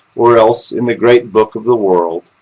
or else in the great book of the world,